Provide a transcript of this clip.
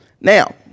Now